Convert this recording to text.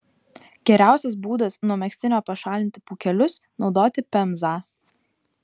geriausias būdas nuo megztinio pašalinti pūkelius naudoti pemzą